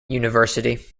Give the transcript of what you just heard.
university